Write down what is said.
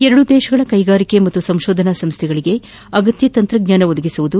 ಎರಡೂ ದೇಶಗಳ ಕೈಗಾರಿಕಾ ಮತ್ತು ಸಂಶೋಧನಾ ಸಂಸ್ವೆಗಳಿಗೆ ಅಗತ್ಯ ತಂತ್ರಜ್ಞಾನ ಒದಗಿಸುವುದು